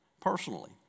personally